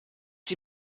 sie